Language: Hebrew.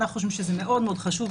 אנחנו חושבים שזה מאוד מאוד חשוב,